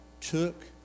took